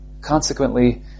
Consequently